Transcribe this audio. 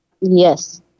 Yes